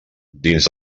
dins